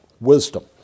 wisdom